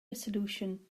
resolution